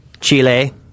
Chile